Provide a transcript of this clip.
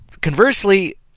conversely